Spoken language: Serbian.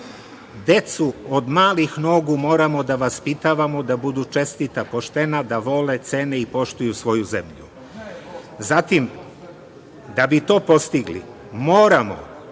Decu od malih nogu moramo da vaspitavamo da budu čestita, poštena, da vole, cene i poštuju svoju zemlju. Da bi to postigli moramo,